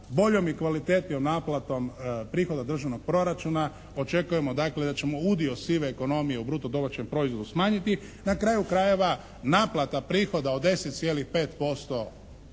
boljom i kvalitetnijom naplatom prihoda državnog proračuna očekujemo dakle da ćemo udio sive ekonomije u bruto domaćem proizvodu smanjiti. Na kraju krajeva naplata prihoda od 10,5%